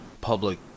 public